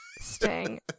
Sting